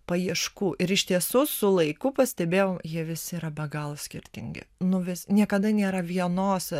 paieškų ir iš tiesų su laiku pastebėjau jie visi yra be galo skirtingi nuvis niekada nėra vienos